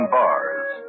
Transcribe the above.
bars